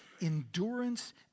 endurance